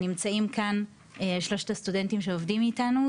נמצאים כאן שלושת הסטודנטים שעובדים איתנו,